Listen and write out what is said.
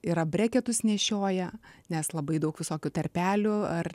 yra breketus nešioja nes labai daug visokių tarpelių ar